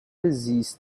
زیست